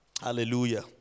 Hallelujah